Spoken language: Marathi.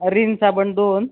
रिन साबण दोन